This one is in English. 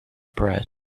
press